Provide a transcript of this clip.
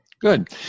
Good